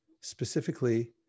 specifically